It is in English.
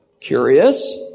Curious